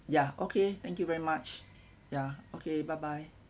ya okay thank you very much yeah okay bye bye